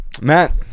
Matt